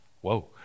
Whoa